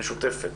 פגישה משותפת